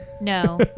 No